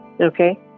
Okay